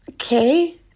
Okay